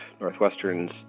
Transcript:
Northwestern's